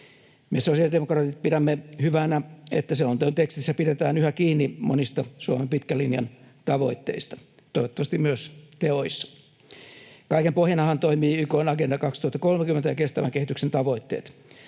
Me sosiaalidemokraatit pidämme hyvänä, että selonteon tekstissä pidetään yhä kiinni monista Suomen pitkän linjan tavoitteista — toivottavasti myös teoissa. Kaiken pohjanahan toimivat YK:n Agenda 2030 ja kestävän kehityksen tavoitteet.